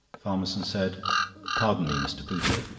farmerson said pardon me, mr. pooter,